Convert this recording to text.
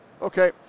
Okay